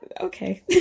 okay